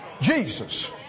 Jesus